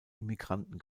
immigranten